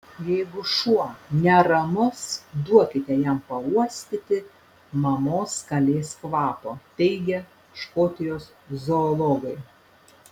jeigu šuo neramus duokite jam pauostyti mamos kalės kvapo teigia škotijos zoologai